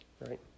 right